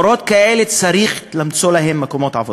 למורות כאלה צריך למצוא מקומות עבודה.